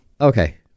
Okay